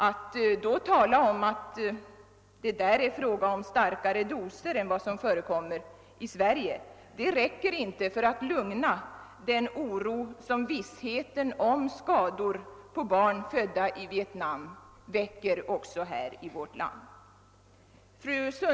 Att då tala om att det där är fråga om starkare doser än vad som förekommer i Sverige räcker inte för att stilla den oro som vissheten om skador på barn, födda i Vietnam, väcker också här i vårt land.